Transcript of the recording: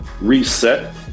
reset